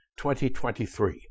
2023